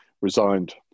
resigned